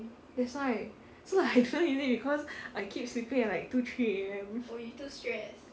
that's why so like I don't know is it because I keep sleeping at like two three A_M